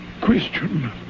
question